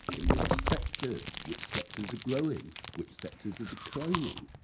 in which sectors, which sectors are growing, which sectors are declining,